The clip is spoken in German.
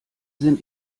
sind